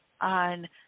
on